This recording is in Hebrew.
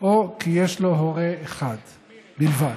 או שיש לו הורה אחד בלבד.